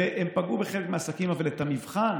הן פגעו בחלק מהעסקים, אבל את המבחן